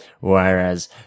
whereas